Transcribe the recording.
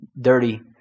dirty